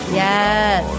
yes